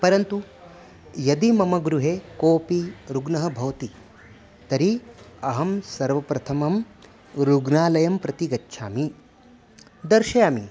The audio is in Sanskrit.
परन्तु यदि मम गृहे कोपि रुग्णः भवति तर्हि अहं सर्वप्रथमं रुग्णालयं प्रति गच्छामि दर्शयामि